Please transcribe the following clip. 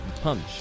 punch